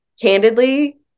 candidly